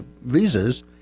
visas